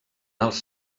els